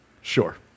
Sure